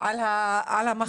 על המחקר הזה.